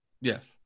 Yes